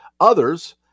Others